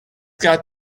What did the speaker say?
got